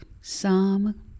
Psalm